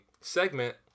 segment